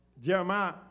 Jeremiah